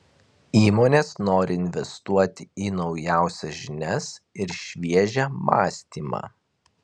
įmonės nori investuoti į naujausias žinias ir šviežią mąstymą